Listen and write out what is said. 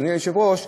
אדוני היושב-ראש,